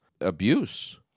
abuse